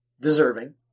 deserving